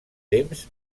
temps